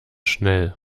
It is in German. schnell